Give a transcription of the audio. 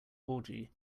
orgy